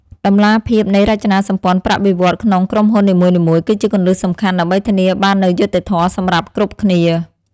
តម្លាភាពនៃរចនាសម្ព័ន្ធប្រាក់បៀវត្សរ៍ក្នុងក្រុមហ៊ុននីមួយៗ គឺជាគន្លឹះសំខាន់ដើម្បីធានាបាននូវយុត្តិធម៌សម្រាប់គ្រប់គ្នា។